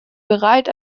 bereit